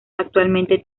actualmente